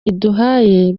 iduhaye